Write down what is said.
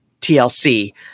TLC